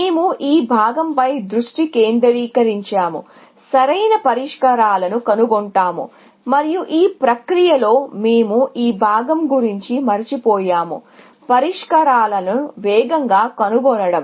మేము ఈ భాగంపై దృష్టి కేంద్రీకరించాము సరైన పరిష్కారాలను కనుగొంటాము మరియు ఈ ప్రక్రియలో మేము ఈ భాగం గురించి మరచిపోయాము పరిష్కారాలను వేగంగా కనుగొనడం